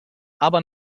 aber